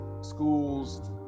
schools